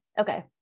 Okay